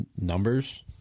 numbers